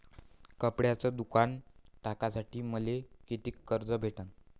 कपड्याचं दुकान टाकासाठी मले कितीक कर्ज भेटन?